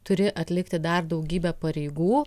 turi atlikti dar daugybę pareigų